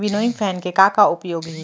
Winnowing fan के का का उपयोग हे?